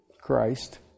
Christ